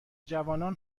جوانان